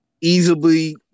easily